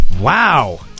Wow